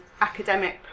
academic